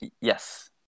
Yes